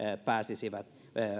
pääsisivät